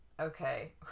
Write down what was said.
okay